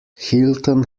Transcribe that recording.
hilton